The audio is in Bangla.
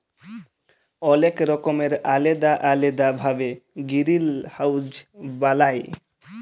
অলেক রকমের আলেদা আলেদা ভাবে গিরিলহাউজ বালায়